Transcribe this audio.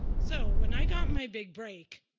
so when i got my big break,